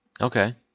Okay